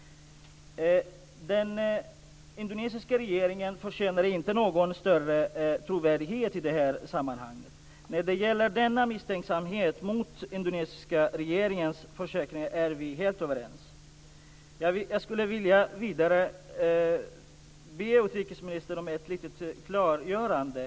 Den indonesiska regeringen förtjänar inte någon större trovärdighet i detta sammanhang. När det gäller denna misstänksamhet mot indonesiska regeringens försäkringar är vi helt överens. Jag skulle vidare vilja be utrikesministern om ett litet klargörande.